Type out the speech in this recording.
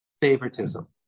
favoritism